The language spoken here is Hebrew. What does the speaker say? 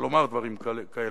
לומר דברים כאלה.